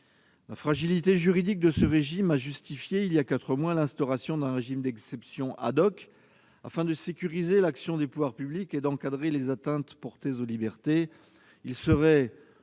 La fragilité juridique de ce régime a justifié, il y a quatre mois, l'instauration d'un régime d'exception, afin de sécuriser l'action des pouvoirs publics et d'encadrer les atteintes portées aux libertés. Il serait pour